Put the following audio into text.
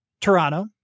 Toronto